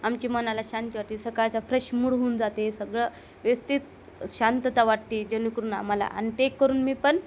आमची मनाला शांती वाटते सकाळचा फ्रेश मूड होऊन जाते सगळं व्यवस्थित शांतता वाटते जेणेकरून आम्हाला आणि ते करून मी पण